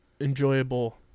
enjoyable